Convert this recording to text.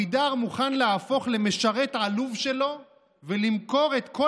אבידר מוכן להפוך למשרת עלוב שלו ולמכור את כל